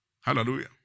Hallelujah